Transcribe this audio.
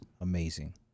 amazing